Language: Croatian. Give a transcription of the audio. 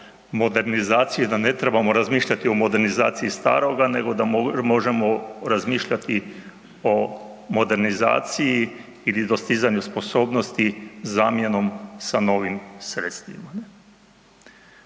modernizaciju, da ne trebamo razmišljati o modernizacija staroga, nego da možemo razmišljati o modernizaciji ili dostizanju sposobnosti zamjenom sa novim sredstvima.